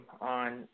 on